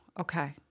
Okay